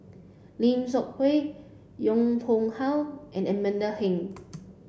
Lim Seok Hui Yong Pung How and Amanda Heng